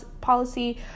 policy